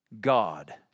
God